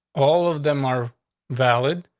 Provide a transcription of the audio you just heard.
all of them are valid.